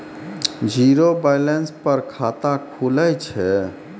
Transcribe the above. Zero balance पर खाता खुले छै?